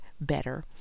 better